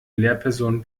lehrperson